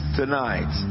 tonight